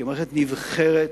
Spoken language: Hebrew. כמערכת נבחרת,